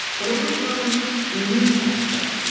but over time we lose that skill.